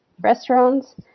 restaurants